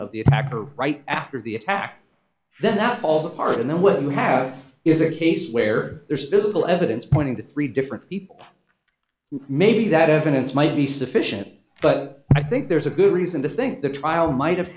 of the attacker right after the attack then that falls apart and then when we have is a case where there's physical evidence pointing to three different people maybe that evidence might be sufficient but i think there's a good reason to think the trial might have